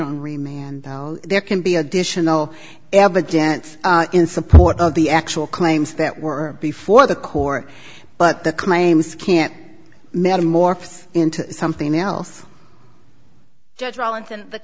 and there can be additional evidence in support of the actual claims that were before the core but the claims can't metamorphosis into something else